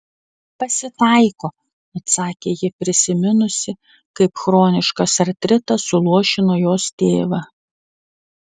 pasitaiko atsakė ji prisiminusi kaip chroniškas artritas suluošino jos tėvą